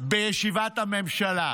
בישיבת הממשלה: